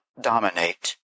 dominate